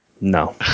No